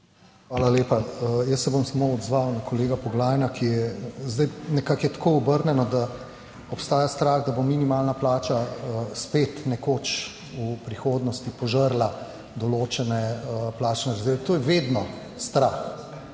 Hvala lepa. Jaz se bom samo odzval na kolega Poglajna, ki je zdaj, nekako je tako obrnjeno, da obstaja strah, da bo minimalna plača spet nekoč v prihodnosti požrla določene plačne razrede, to je vedno strah.